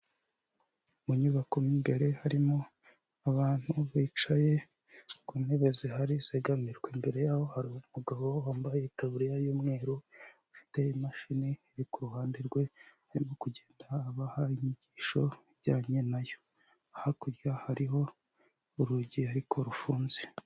Mu nyubako mo imbere harimo abantu bicaye ku ntebe zihari zegarwa, imbere yaho hari umugabo wambaye itaburiya y'umweru, afite imashini iri ku ruhande rwe arimo kugenda abaha inyigisho zijyanye na yo hakurya hariho urugi ariko rufunze.